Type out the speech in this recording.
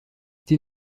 die